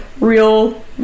real